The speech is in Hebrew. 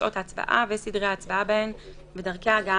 שעות ההצבעה וסדרי ההצבעה בהן ודרכי ההגעה